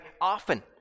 often